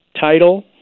title